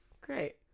great